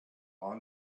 are